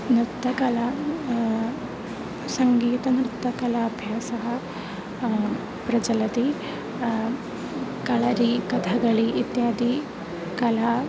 नृत्यकला सङ्गीतनृत्यकलाभ्यासः प्रचलति कलरि कथक्कलि इत्यादिकला